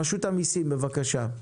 רשות המיסים, בבקשה.